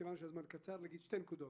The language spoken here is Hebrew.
כיוון שהזמן קצר לומר שתי נקודות: